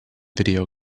video